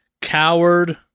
Coward